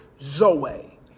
Zoe